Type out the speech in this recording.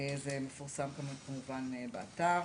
וזה מפורסם, כמובן, באתר